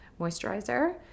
moisturizer